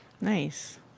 Nice